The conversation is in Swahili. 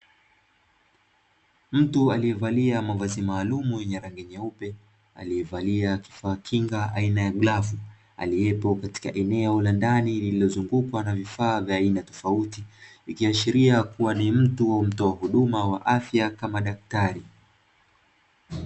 Mtu aliyevalia mavazi maalum ya yenye rangi nyeupe, aliyevalia kifaa kinga aina ya glavu, aliyepo katika eneo la ndani lililozungwa na vifaa vya aina tofauti ikiashiria kuwa ni mtu wa mtoa huduma wa afya, kama daktari.